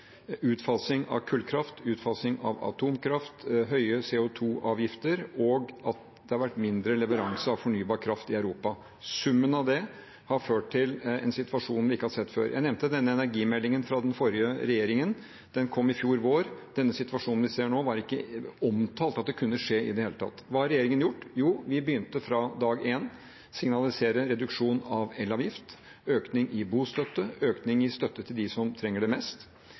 utfasing av kullkraft, utfasing av atomkraft, høye CO 2 -avgifter, og at det har vært en mindre leveranse av fornybar kraft i Europa. Summen av dette har ført til en situasjon vi ikke har sett før. Jeg nevnte energimeldingen fra den forrige regjeringen. Den kom i fjor vår, og den situasjonen vi ser nå, var ikke omtalt som noe som kunne skje. Hva har regjeringen gjort? Vi begynte fra dag én: Vi signaliserte reduksjon av elavgiften, økning i bostøtte og økning i støtte til dem som trenger det mest.